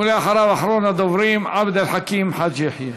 ואחריו, אחרון הדוברים, עבד אל חכים חאג' יחיא.